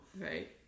Right